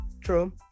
True